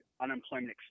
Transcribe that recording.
unemployment